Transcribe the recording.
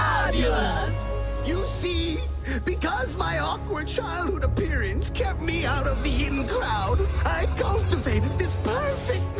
yeah you see because my awkward childhood appearance kept me out of the hidden cloud i got two babies disbursing